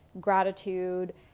gratitude